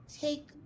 take